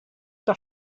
mynd